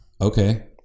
Okay